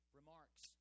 remarks